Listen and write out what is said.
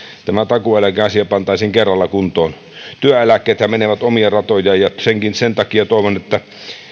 tämä takuueläkeasia pantaisiin kerralla kuntoon työeläkkeethän menevät omia ratojaan ja sen takia toivon että